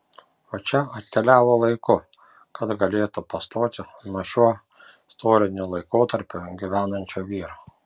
o čia atkeliavo laiku kad galėtų pastoti nuo šiuo istoriniu laikotarpiu gyvenančio vyro